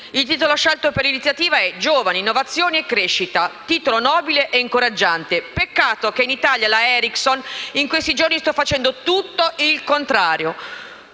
Il titolo scelto per l'iniziativa è: «Giovani, innovazione, crescita», titolo nobile e incoraggiante. Peccato che in Italia la Ericsson, in questi giorni, stia facendo tutto il contrario.